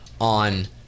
on